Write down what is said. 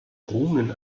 runen